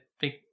big